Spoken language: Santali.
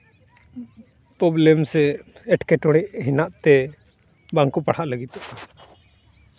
ᱯᱨᱚᱵᱞᱮᱢ ᱥᱮ ᱮᱸᱴᱠᱮᱴᱚᱬᱮ ᱦᱮᱱᱟᱜ ᱛᱮ ᱵᱟᱝ ᱠᱚ ᱯᱟᱲᱦᱟᱜ ᱞᱟᱹᱜᱤᱫᱚᱜ ᱠᱟᱱᱟ